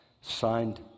Signed